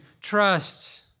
trust